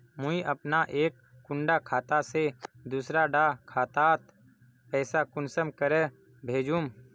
मुई अपना एक कुंडा खाता से दूसरा डा खातात पैसा कुंसम करे भेजुम?